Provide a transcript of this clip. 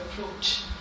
approach